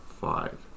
five